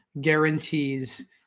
guarantees